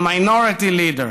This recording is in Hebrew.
ה-Minority Leader.